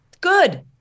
good